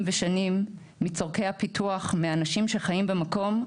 ושנים מצורכי הפיתוח מאנשים שחיים במקום,